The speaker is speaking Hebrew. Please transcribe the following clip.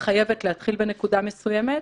חייבת להתחיל בנקודה מסוימת.